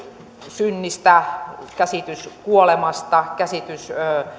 synnistä käsitys kuolemasta käsitys